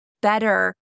better